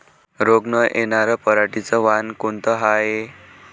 रोग न येनार पराटीचं वान कोनतं हाये?